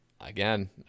again